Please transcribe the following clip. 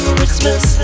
Christmas